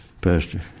Pastor